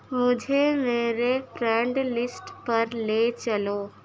مجھے میرے friend list پر لے چلو